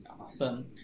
Awesome